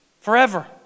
forever